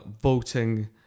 voting